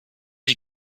die